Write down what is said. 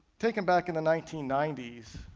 taken back in the nineteen ninety s,